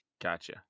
Gotcha